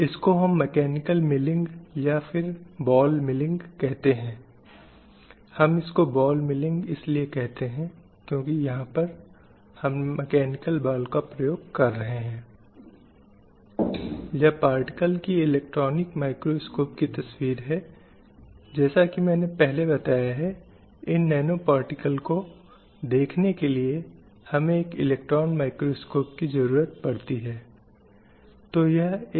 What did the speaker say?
जिसमें हम कुछ गुणों या कुछ विशेषताओं को देखते हैं जो उसके लिए स्वाभाविक हैं और कुछ निश्चित महिलाओं के लिए स्वाभाविक हैं और एक प्रकार का अंतर है जिसे हम इसकी विशेषता मानते हैं और एक अलग मूल्य भी जो हम दोनों गतिविधियों के मत्थे रखते हैं इस प्रकार यह कहना कि यांत्रिक कार्यों में पुरुष बेहतर हैं